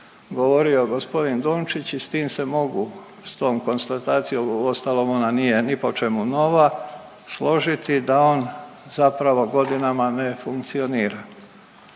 govorio gospodin Dončić i s tim se mogu, sa tom konstatacijom, uostalom ona nije ni po čemu nova složiti da on zapravo godinama ne funkcionira.